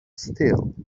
still